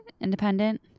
independent